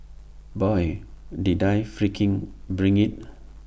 boy did I freaking bring IT